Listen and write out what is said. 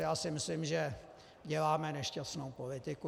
Já si myslím, že děláme nešťastnou politiku.